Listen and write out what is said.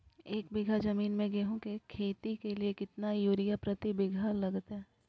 एक बिघा जमीन में गेहूं के खेती के लिए कितना यूरिया प्रति बीघा लगतय?